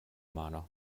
mano